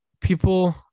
People